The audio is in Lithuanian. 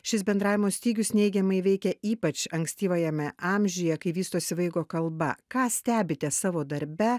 šis bendravimo stygius neigiamai veikia ypač ankstyvajame amžiuje kai vystosi vaiko kalba ką stebite savo darbe